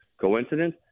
coincidence